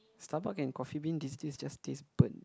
Starbuck and Coffee Bean these days just taste burnt